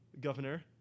Governor